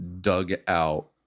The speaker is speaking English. dugout